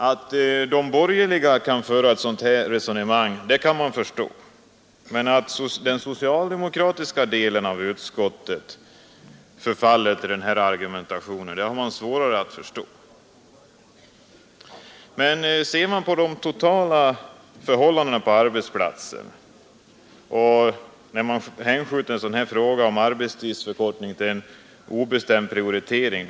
Att de borgerliga vill föra ett sådant resonemang kan man möjligen förstå, men att den socialdemokratiska delen av utskottet förfaller till den argumentationen har man svårare att förstå. Man blir litet fundersam när man ser på de totala förhållandena på arbetsplatsen och får veta att frågan om arbetstidsförkortning skall hänskjutas till en obestämd prioritering.